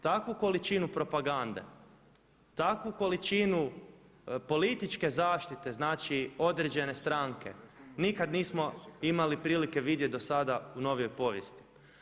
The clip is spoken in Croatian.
Takvu količinu propagande, takvu količinu političke zaštite, znači određene stranke, nikada nismo imali prilike vidjeti do sada u novijoj povijesti.